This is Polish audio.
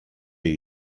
jej